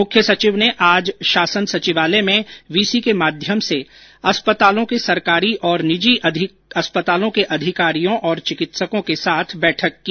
मुख्य सचिव ने आज शासन सचिवालय में वीसी के माध्यम से अस्पतालों सरकारी और निजी अस्पतालों के अधिकारियों तथा चिकित्सकों के साथ बैठक की